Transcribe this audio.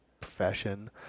profession